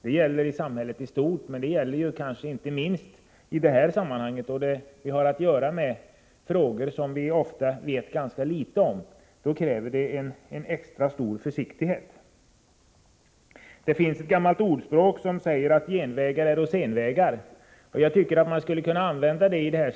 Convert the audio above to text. Det gäller i samhället i stort och kanske inte minst i detta sammanhang, då vi har att göra med frågor som vi ofta vet ganska litet om. Det kräver extra stor försiktighet. Det finns ett gammalt ordspråk som säger att genvägar är senvägar. Jag tycker att det skulle kunna användas här.